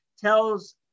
tells